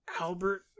Albert